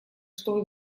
чтобы